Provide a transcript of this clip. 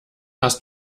hast